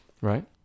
Right